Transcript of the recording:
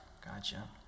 gotcha